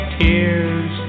tears